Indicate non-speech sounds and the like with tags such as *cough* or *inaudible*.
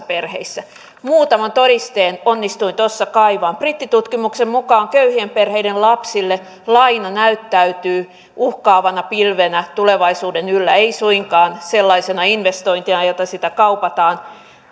*unintelligible* perheissä muutaman todisteen onnistuin tuossa kaivamaan brittitutkimuksen mukaan köyhien perheiden lapsille laina näyttäytyy uhkaavana pilvenä tulevaisuuden yllä ei suinkaan sellaisena investointina jona sitä kaupataan